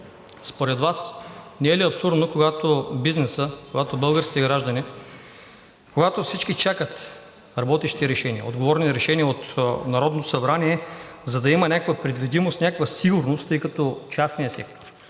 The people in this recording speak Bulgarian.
според Вас не е ли абсурдно, когато бизнесът, когато българските граждани, когато всички чакат работещи решения, отговорни решения от Народното събрание, за да има някаква предвидимост, някаква сигурност, тъй като частният